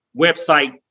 website